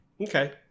Okay